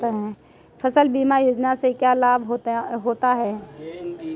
फसल बीमा योजना से क्या लाभ होता है?